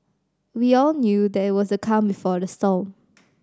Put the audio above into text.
we all knew that it was a calm before the storm